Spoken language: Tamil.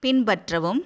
பின்பற்றவும்